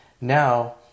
Now